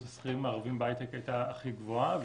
השכירים הערבים בהייטק הייתה הכי גבוהה,